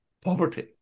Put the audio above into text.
poverty